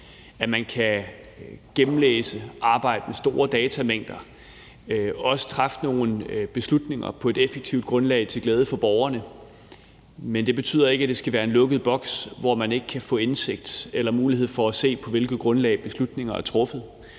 at man kan gennemlæse og arbejde med store datamængder og også træffe nogle beslutninger på et effektivt grundlag til glæde for borgerne. Men det betyder ikke, at det skal være en lukket boks, hvor man ikke kan få indsigt i eller mulighed for at se, på hvilket grundlag beslutningerne er truffet.